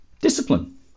Discipline